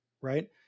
right